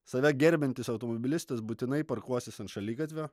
save gerbiantis automobilistas būtinai parkuosis ant šaligatvio